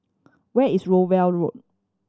where is Rowell Road